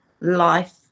life